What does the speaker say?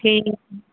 ठीक हइ